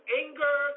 anger